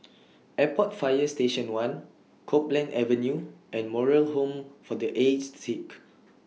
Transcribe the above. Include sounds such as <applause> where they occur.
<noise> Airport Fire Station one Copeland Avenue and Moral Home For The Aged Sick